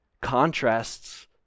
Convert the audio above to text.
contrasts